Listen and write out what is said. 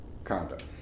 conduct